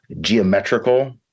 geometrical